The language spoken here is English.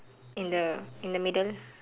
in the in the middle